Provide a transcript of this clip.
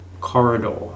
corridor